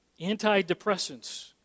Antidepressants